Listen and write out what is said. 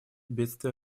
бедствия